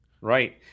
right